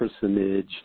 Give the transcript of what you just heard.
personage